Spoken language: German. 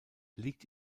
liegt